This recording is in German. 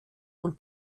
und